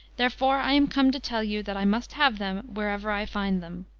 therefore i am come to tell you that i must have them wherever i find them.